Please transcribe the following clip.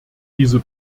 dieser